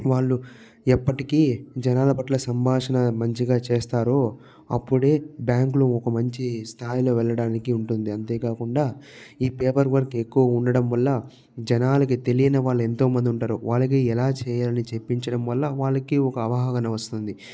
వాళ్ళు ఎప్పటికి జనాల పట్ల సంభాషణ మంచిగా చేస్తారో అప్పుడే బ్యాంకులో ఒక మంచి స్థాయిలో వెళ్ళడానికి ఉంటుంది అంతేకాకుండా ఈ పేపర్ వర్క్ ఎక్కువ ఉండడం వల్ల జనాలకి తెలియని వాళ్ళు ఎంతోమంది ఉంటారు వాళ్ళకి ఎలా చేయాలో చెప్పించడం వల్ల వాళ్ళకి ఒక అవగాహన వస్తుంది